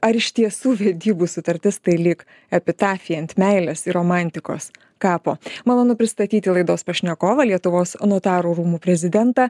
ar iš tiesų vedybų sutartis tai lyg epitafija ant meilės ir romantikos kapo malonu pristatyti laidos pašnekovą lietuvos notarų rūmų prezidentą